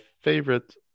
favorite